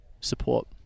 support